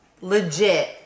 Legit